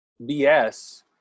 BS